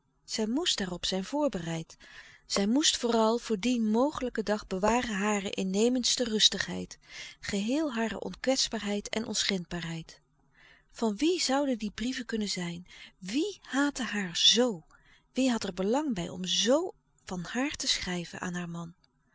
zij moest daarop zijn voorbereid zij moest vooral voor dien mogelijken dag bewaren hare innemendste rustigheid geheel hare onkwetsbaarheid en onschendbaarheid van wie zouden die brieven kunnen zijn wie haatte haar zoo wie had er belang bij om zo van haar te schrijven aan haar man